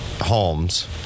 homes